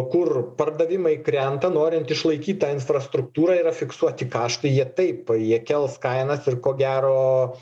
kur pardavimai krenta norint išlaikyt tą infrastruktūrą yra fiksuoti kaštai jie taip jie kels kainas ir ko gero